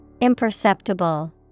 Imperceptible